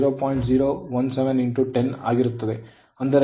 ಅಂದರೆ 0